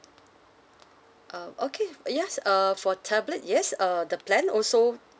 oh okay yes uh for tablet yes uh the plan also